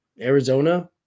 Arizona